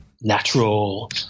natural